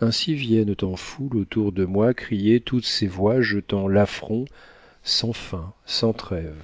ainsi viennent en foule autour de moi crier toutes ces voix jetant l'affront sans fin sans trêve